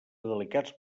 delicats